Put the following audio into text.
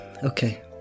Okay